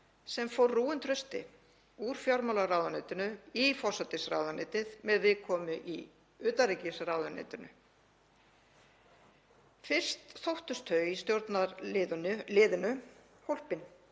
sem fór rúinn trausti úr fjármálaráðuneytinu í forsætisráðuneytið með viðkomu í utanríkisráðuneytinu. Fyrst þóttust þau í stjórnarliðinu hólpin,